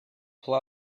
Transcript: pull